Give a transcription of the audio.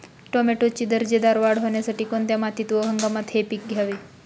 टोमॅटोची दर्जेदार वाढ होण्यासाठी कोणत्या मातीत व हंगामात हे पीक घ्यावे?